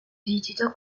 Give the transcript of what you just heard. rigido